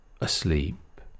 asleep